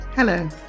Hello